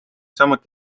samuti